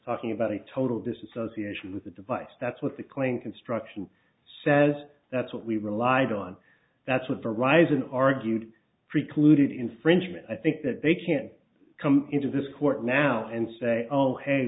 talking about a total disassociation with the device that's what the claim construction says that's what we relied on that's what the rise and argued precluded infringement i think that they can come into this court now and say oh hey